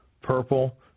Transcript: purple